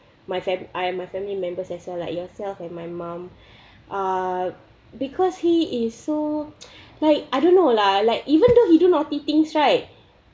my family I am a family members as well like yourself and my mom uh because he is so like I don't know lah like even though he do naughty things right